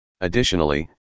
Additionally